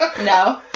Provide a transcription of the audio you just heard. no